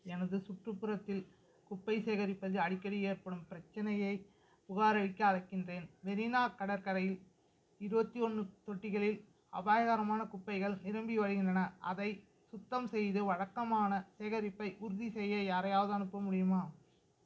எனது சுற்றுப்புறத்தில் குப்பை சேகரிப்பதில் அடிக்கடி ஏற்படும் பிரச்சனையைப் புகாரளிக்க அழைக்கின்றேன் மெரினா கடற்கரையில் இருபத்தி ஒன்று தொட்டிகளில் அபாயகரமான குப்பைகள் நிரம்பி வழிகின்றன அதை சுத்தம் செய்து வழக்கமான சேகரிப்பை உறுதிசெய்ய யாரையாவது அனுப்ப முடியுமா